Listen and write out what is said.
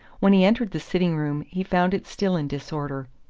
when he entered the sitting-room, he found it still in disorder.